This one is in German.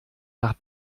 nach